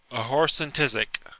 a whoreson tisick,